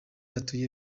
atuye